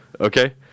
Okay